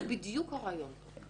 זה בדיוק הרעיון פה.